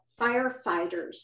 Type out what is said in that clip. firefighters